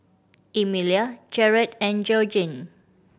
Emelia Jarrad and Georgene